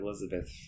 Elizabeth